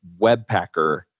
Webpacker